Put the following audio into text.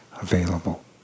available